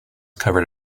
covered